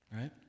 right